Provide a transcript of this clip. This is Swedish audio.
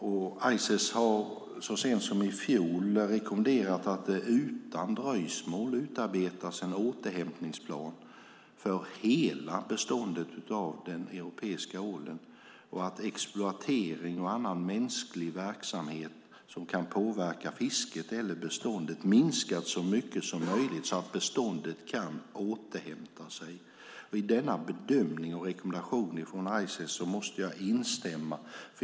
Ices har så sent som i fjol rekommenderat att det utan dröjsmål utarbetas en återhämtningsplan för hela beståndet av den europeiska ålen och att exploatering och annan mänsklig verksamhet som kan påverka fisket eller beståndet minskar så mycket som möjligt så att beståndet kan återhämta sig. Jag måste instämma i denna bedömning och rekommendation från Ices.